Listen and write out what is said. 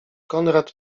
konrad